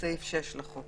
ובסעיף 6 לחוק.